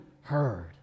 heard